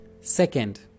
Second